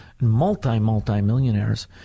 multi-multi-millionaires